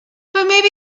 butmaybe